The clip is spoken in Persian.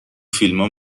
فیلما